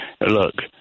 Look